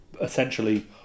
essentially